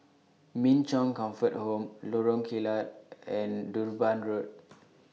Min Chong Comfort Home Lorong Kilat and Durban Road